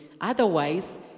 Otherwise